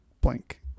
blank